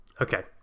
okay